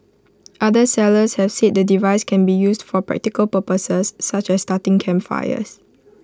other sellers have said the device can be used for practical purposes such as starting campfires